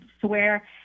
swear